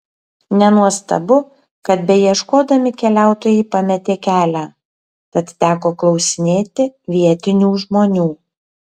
nenuostabu kad beieškodami keliautojai pametė kelią tad teko klausinėti vietinių žmonių